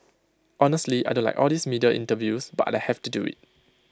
honestly I don't like all these media interviews but I have to do IT